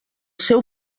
seu